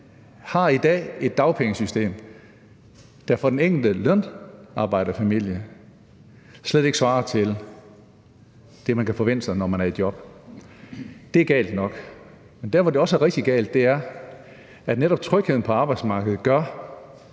dag har et dagpengesystem, der for den enkelte lønarbejderfamilie slet ikke svarer til det, man kan forvente sig, når man er i job. Det er galt nok, men der, hvor det er rigtig galt, er, at netop trygheden på arbejdsmarkedet gør,